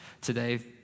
today